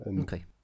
Okay